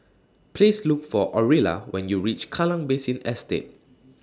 Please Look For Orilla when YOU REACH Kallang Basin Estate